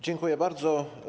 Dziękuję bardzo.